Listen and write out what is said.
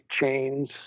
chains